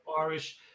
Irish